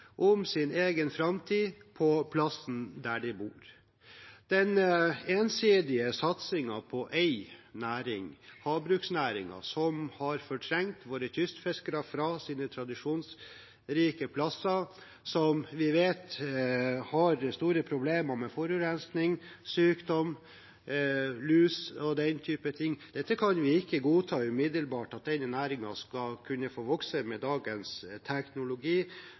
om sin egen framtid på det stedet de bor. Det er en ensidig satsing på én næring, havbruksnæringen – som har fortrengt våre kystfiskere fra sine tradisjonsrike plasser – som vi vet har store problemer med forurensning, sykdom, lus og den type ting. Vi kan ikke godta umiddelbart at denne næringen skal kunne få vokse med dagens teknologi.